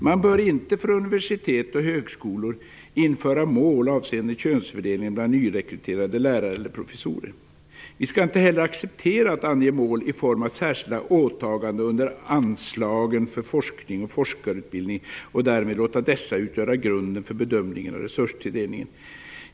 Man bör inte för universitet och högskolor införa mål avseende könsfördelningen bland nyrekryterade lärare eller professorer. Vi skall inte heller acceptera att ange mål i form av särskilda åtaganden under anslagen för forskning och forskarutbildning och därmed låta dessa utgöra grunden för bedömningen av resurstilldelningen.